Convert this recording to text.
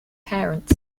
parents